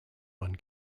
one